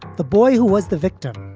the boy who was the victim,